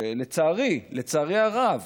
שלצערי, לצערי הרב,